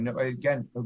again